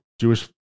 Jewish